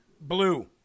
blue